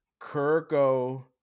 Kirko